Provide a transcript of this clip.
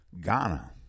Ghana